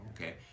Okay